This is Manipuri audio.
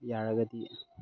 ꯌꯥꯔꯒꯗꯤ